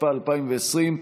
התשפ"א 2020,